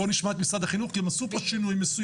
בואו נשמע את משרד החינוך כי הם עשו פה שינוי מסוים.